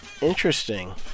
Interesting